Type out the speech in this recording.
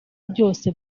byose